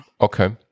Okay